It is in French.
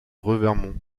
revermont